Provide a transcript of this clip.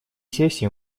сессии